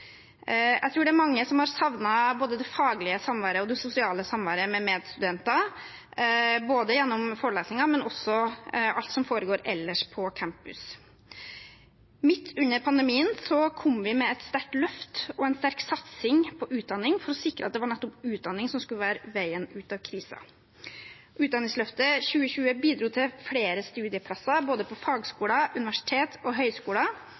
Jeg tror det er mange som har savnet både det faglige samværet og det sosiale samværet med medstudenter, både gjennom forelesninger og alt det som ellers foregår på campus. Midt under pandemien kom vi med et sterkt løft og en sterk satsing på utdanning for å sikre at det nettopp var utdanning som skulle være veien ut av krisen. Utdanningsløftet 2020 bidro til flere studieplasser, både på fagskoler, universiteter og